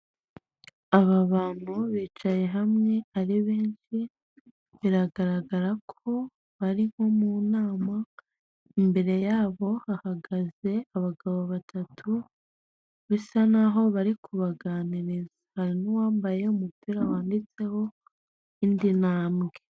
Aba bantu bicaye hamwe ari benshi biragaragara ko bari nko mu nama imbere yabo hahagaze abagabo batatu bisa naho barikubaganiriza hari n'uwambaye umupira wanditseho indi ntambwe.